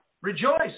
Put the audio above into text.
Rejoice